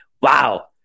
wow